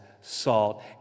salt